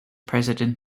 president